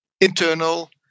internal